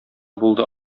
булды